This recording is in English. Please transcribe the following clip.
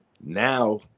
Now